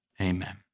amen